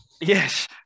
Yes